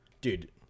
dude